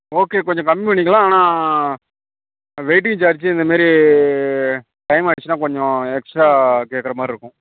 okay கொஞ்சம் கம்மி பண்ணிக்கலாம் ஆனால் வெயிட்டிங் சார்ஜ் இந்தமாரி டைம் ஆச்சுன்னா கொஞ்ச எக்ஸ்ட்ரா கேட்குறமாரி இருக்கும்